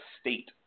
state